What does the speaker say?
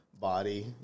body